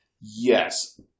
Yes